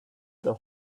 the